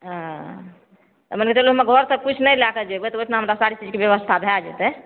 अऽ तऽ मने चलू घरसँ किछु नहि लए कऽ जेबय तऽ ओहिठुना हमरा सारे चीजके व्यवस्था भए जेतय